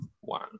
one